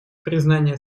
признания